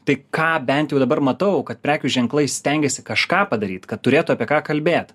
tai ką bent jau dabar matau kad prekių ženklai stengiasi kažką padaryt kad turėtų apie ką kalbėt